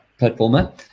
platformer